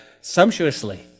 Sumptuously